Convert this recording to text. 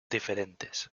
diferentes